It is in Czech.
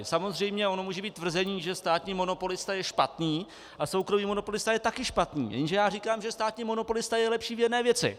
Samozřejmě ono může být tvrzení, že státní monopolista je špatný a soukromý monopolista je také špatný, jenže já říkám, že státní monopolista je lepší v jedné věci.